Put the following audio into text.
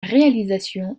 réalisation